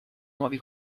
nuovi